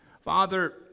Father